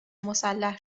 مسلح